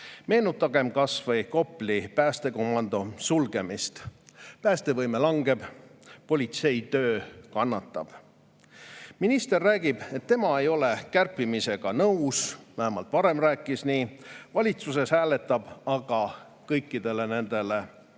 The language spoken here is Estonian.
Meenutagem kas või Kopli päästekomando sulgemist. Päästevõime langeb, politseitöö kannatab. Minister räägib, et tema ei ole kärpimisega nõus, vähemalt varem rääkis nii, valitsuses hääletab aga kõikide kärpimiste